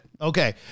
Okay